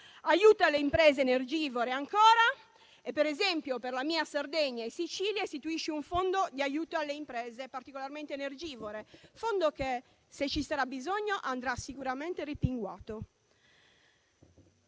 ancora le imprese energivore; inoltre, per esempio per la mia Sardegna e per la Sicilia istituisce un fondo di aiuti alle imprese particolarmente energivore che, se ce ne sarà bisogno, andrà sicuramente rimpinguato.